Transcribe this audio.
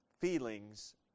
feelings